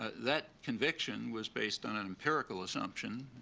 that conviction was based on an empirical assumption,